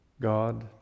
God